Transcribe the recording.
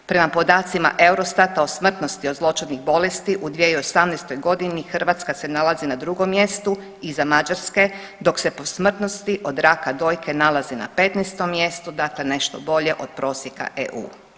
Prema podacima eurostata o smrtnosti od zloćudnih bolesti u 2018.g. Hrvatska se nalazi na 2. mjestu iza Mađarske, dok se po smrtnosti od raka dojke nalazi na 15. mjestu, dakle nešto bolje od prosjeka EU.